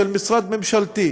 של משרד ממשלתי,